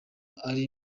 ari